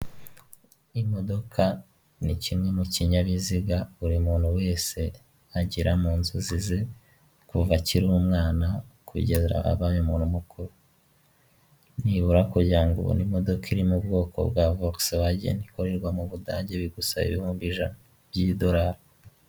Imodoka ni kimwe mukinyabiziga buri muntu wese agira mu nzozi ze kuva akiri umwana kugeza abaye umuntu, nibura kugirango ubone imodoka irimo ubwoko bwa vogisi wageni ikorerwa mu budage bigusaba ibihugumbi ijana by'idolari.